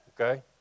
Okay